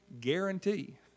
guarantee